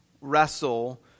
wrestle